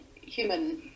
human